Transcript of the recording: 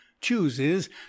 chooses